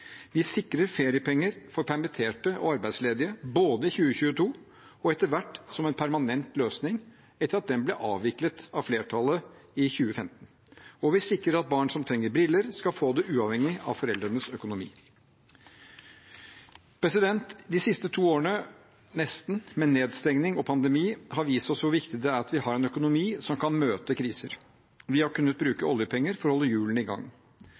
Vi sikrer feriepenger for permitterte og arbeidsledige både i 2022 og etter hvert som en permanent løsning, etter at det ble avviklet av flertallet i 2015. Og vi sikrer at barn som trenger briller, skal få det uavhengig av foreldrenes økonomi. De siste nesten to årene med nedstengning og pandemi har vist oss hvor viktig det er at vi har en økonomi som kan møte kriser. Vi har kunnet bruke oljepenger for å holde hjulene i gang.